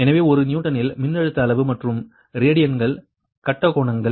எனவே ஒரு யூனிட்டில் மின்னழுத்த அளவு மற்றும் ரேடியன்கள் கட்ட கோணங்கள்